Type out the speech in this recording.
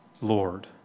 Lord